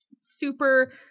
super